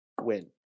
win